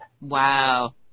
Wow